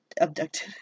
abducted